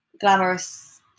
glamorous